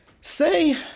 Say